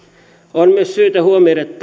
on myös syytä huomioida että